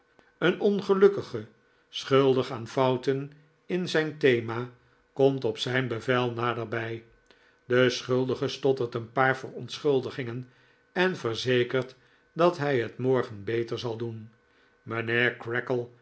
een ongelukkige schuldig aan fouten in zijn thema komt op zijn bevel naderbij de schuldige stottert een paar verontschuldigingen en verzekert dat hij het morgen beter zal doen